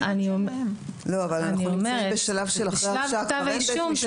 בשלב כתב האישום,